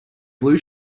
blue